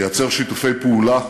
לייצר שיתופי פעולה,